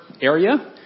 area